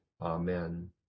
Amen